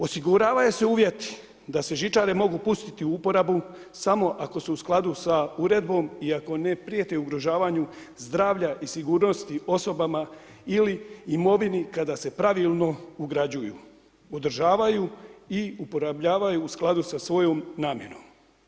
Osiguravaju se uvjeti da se žičare mogu pustiti u uporabu samo ako su u skladu sa uredbom i ako ne prijete ugrožavanja zdravlja i sigurnosti osobama ili imovini kada se pravilno ugrađuju, održavaju i uporabljavaju u skladu sa svojom namjenom.